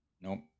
Nope